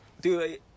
dude